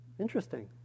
Interesting